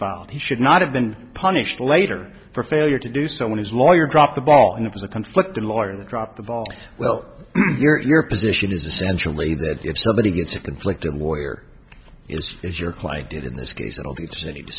filed he should not have been punished later for failure to do so when his lawyer dropped the ball and it was a conflict of lawyer that dropped the ball well your position is essentially that if somebody gets a conflict a lawyer is as your client did in this case lit